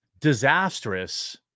disastrous